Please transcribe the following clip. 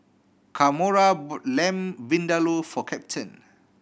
Kamora bought Lamb Vindaloo for Captain